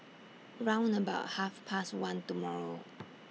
round about Half Past one tomorrow